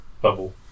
bubble